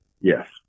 yes